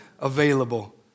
available